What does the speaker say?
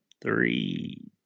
three